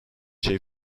şey